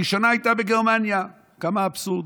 הראשונה הייתה בגרמניה, כמה אבסורדי,